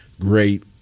great